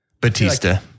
Batista